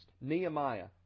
Nehemiah